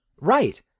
Right